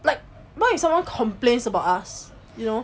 like what if someone complains about us you know